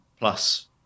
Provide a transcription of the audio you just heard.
Plus